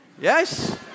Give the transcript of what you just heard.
Yes